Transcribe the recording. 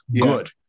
good